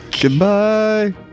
Goodbye